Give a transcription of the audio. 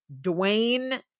Dwayne